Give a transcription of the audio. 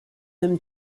them